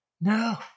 no